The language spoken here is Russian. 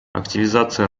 активизация